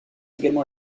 également